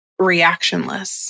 reactionless